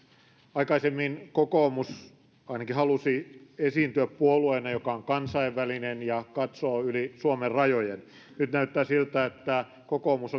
aikaisemmin kokoomus ainakin halusi esiintyä puolueena joka on kansainvälinen ja katsoa yli suomen rajojen nyt näyttää siltä että kokoomus